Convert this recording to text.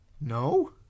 No